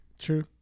true